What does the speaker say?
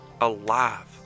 alive